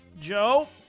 Joe